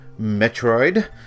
Metroid